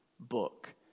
book